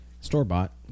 store-bought